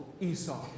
Esau